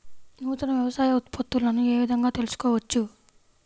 నూతన వ్యవసాయ ఉత్పత్తులను ఏ విధంగా తెలుసుకోవచ్చు?